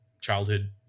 childhood